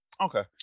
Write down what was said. Okay